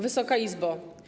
Wysoka Izbo!